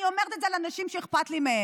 אני אומרת את זה על אנשים שאכפת לי מהם.